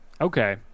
Okay